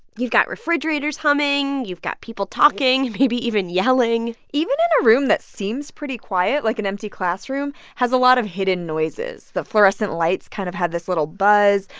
you've got refrigerators humming. you've got people talking, maybe even yelling even in a room that seems pretty quiet like, an empty classroom has a lot of hidden noises. the fluorescent lights kind of had this little buzz.